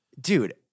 dude